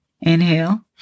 Inhale